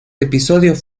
episodios